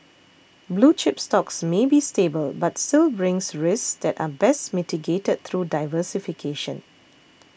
blue chip stocks may be stable but still brings risks that are best mitigated through diversification